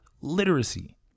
literacy